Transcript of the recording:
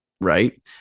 Right